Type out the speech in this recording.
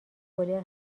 گلر